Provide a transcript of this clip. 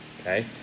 Okay